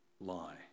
lie